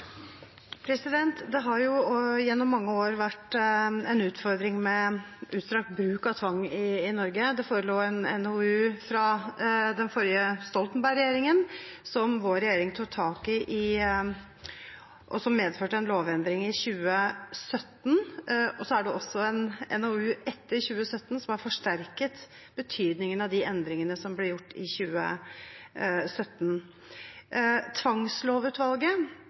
tvang i Norge. Det forelå en NOU fra Stoltenberg-regjeringen som vår regjering tok tak i, og som medførte en lovendring i 2017. Så er det også en NOU etter 2017, som har forsterket betydningen av de endringene som ble gjort i 2017. Tvangslovutvalget